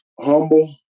Humble